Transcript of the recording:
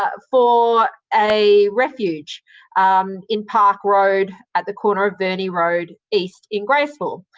ah for a refuge um in park road, at the corner of verney road east in graceville.